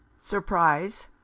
surprise